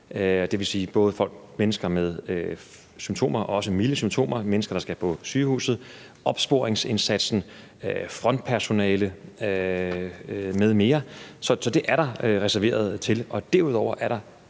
det vil sige både mennesker med symptomer, også milde symptomer; mennesker, der skal på sygehuset; opsporingsindsatsen, frontpersonalet m.m. Så det er der reserveret til. Derudover er der